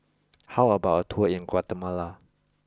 how about a tour in Guatemala